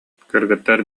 кыргыттар